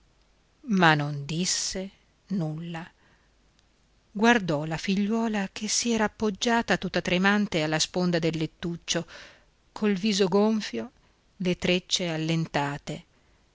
ma non disse nulla guardò la figliuola che si era appoggiata tutta tremante alla sponda del lettuccio col viso gonfio le trecce allentate